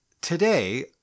Today